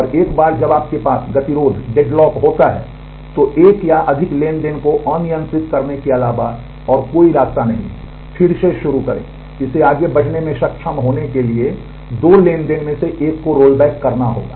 और एक बार जब आपके पास एक डेडलॉक करना होगा